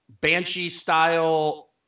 Banshee-style